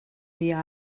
dia